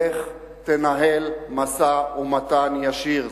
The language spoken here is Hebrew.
לך תנהל משא-ומתן ישיר.